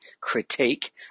Critique